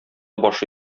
башы